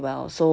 yeah